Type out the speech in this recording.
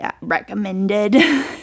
recommended